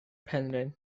penrhyn